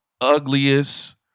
ugliest